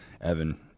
Evan